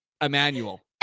Emmanuel